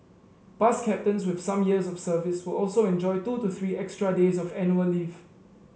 bus captains with some years of service will also enjoy two to three extra days of annual leave